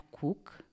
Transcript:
cook